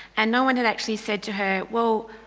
and no one had actually said to her, well,